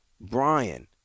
Brian